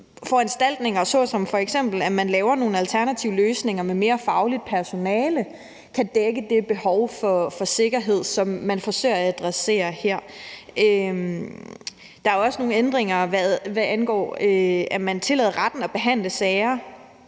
foranstaltninger, såsom at man laver nogle alternative løsninger med mere fagligt personale, som kan dække det behov for sikkerhed, som man forsøger at adressere her. Der er også nogle ændringer, hvad angår det, at man tillader retten at behandle sager